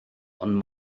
ond